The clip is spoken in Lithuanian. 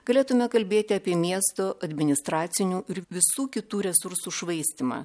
galėtume kalbėti apie miesto administracinių visų kitų resursų švaistymą